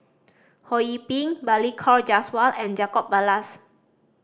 Ho Yee Ping Balli Kaur Jaswal and Jacob Ballas